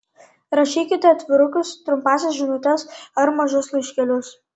rašykite atvirukus trumpąsias žinutes ar mažus laiškelius